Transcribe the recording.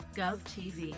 GovTV